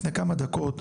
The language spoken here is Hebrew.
לפני כמה דקות,